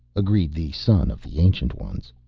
agreed the son of the ancient ones.